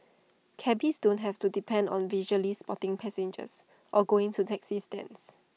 cabbies don't have to depend on visually spotting passengers or going to taxi stands